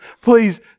Please